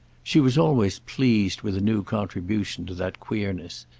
she was always pleased with a new contribution to that queerness.